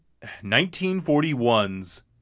1941's